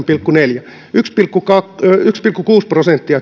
pilkku neljä työllisyys on parantunut yksi pilkku kuusi prosenttia